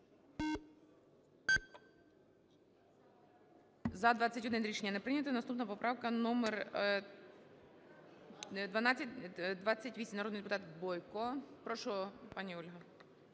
За-21 Рішення не прийнято. Наступна поправка номер 1228, народний депутат Бойко. Прошу, пані Олена.